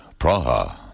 Praha